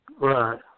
Right